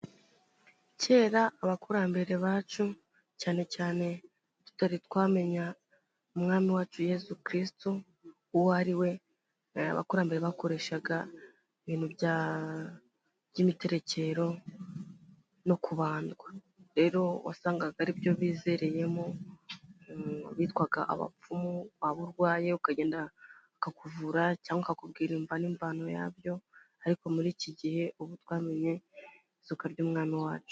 Kera abakurambere bacu cyane cyane tutari twamenye umwami wacu Yezu Kristu uwo ari we, hari abakurambere bakoreshaga ibintu by'imiterekero no kubandwa. Rero wasangaga ari byo bizereyemo. Bitwaga abapfumu, waba urwaye ukagenda akakuvura cyangwa akakubwira imva n'imvano yabyo, ariko muri iki gihe ubu twamenye izuka ry'umwami wacu.